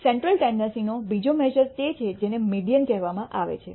central ટેન્ડનસીનો બીજો measure તે છે જેને મીડીઅન કહેવામાં આવે છે